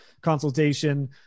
consultation